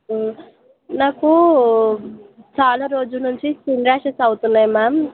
నాకు చాలా రోజుల నుంచి స్కిన్ ర్యాషెస్ అవుతున్నాయి మ్యామ్